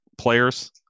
Players